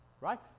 right